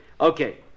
Okay